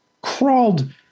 crawled